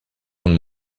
von